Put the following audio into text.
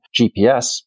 GPS